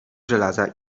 żelaza